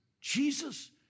Jesus